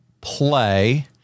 play